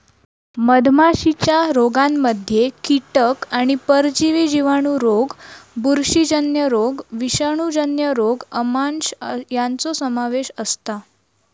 मधमाशीच्या रोगांमध्ये कीटक आणि परजीवी जिवाणू रोग बुरशीजन्य रोग विषाणूजन्य रोग आमांश यांचो समावेश असता